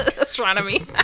astronomy